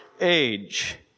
age